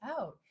out